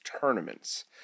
tournaments